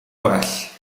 gwell